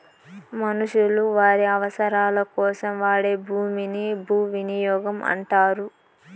మనుషులు వారి అవసరాలకోసం వాడే భూమిని భూవినియోగం అంటారు